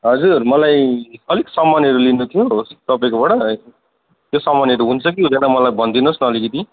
हजुर मलाई अलिक सामानहरू लिनु थियो तपाईँकोबाट त्यो सामानहरू हुन्छ कि हुँदैन मलाई भनिदिनु होस् न अलिकति